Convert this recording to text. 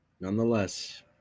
Nonetheless